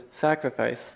sacrifice